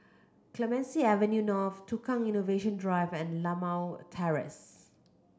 Clemenceau Avenue North Tukang Innovation Drive and Limau Terrace